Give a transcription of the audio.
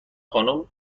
خانوم